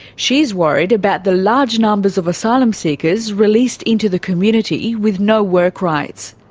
she's worried about the large numbers of asylum seekers released into the community with no work rights.